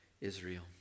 Israel